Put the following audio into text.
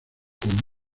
con